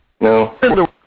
No